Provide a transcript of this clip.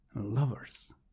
lovers